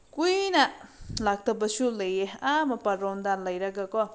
ꯀꯨꯏꯅ ꯂꯥꯛꯇꯕꯁꯨ ꯂꯩꯌꯦ ꯑꯥ ꯃꯄꯥꯜꯂꯣꯝꯗ ꯂꯩꯔꯒꯀꯣ